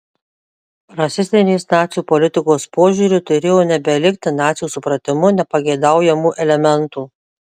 rasistinės nacių politikos požiūriu turėjo nebelikti nacių supratimu nepageidaujamų elementų